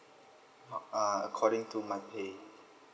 uh according to my pay